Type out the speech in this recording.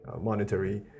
monetary